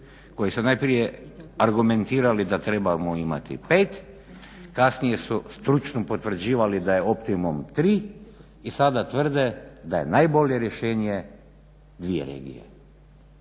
koji su najprije argumentirali da trebamo imati pet kasnije su stručno potvrđivali da je optimum tri i sada tvrde da je najbolje rješenje dvije regije.